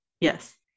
Yes